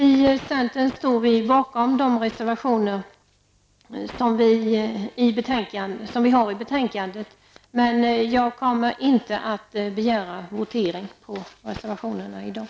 I centern står vi bakom de reservationer som vi har i betänkandet, men jag kommer inte att begära votering på reservationerna i dag.